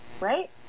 right